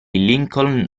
lincoln